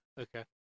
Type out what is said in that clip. Okay